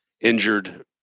injured